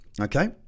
okay